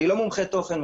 אני לא מומחה תוכן,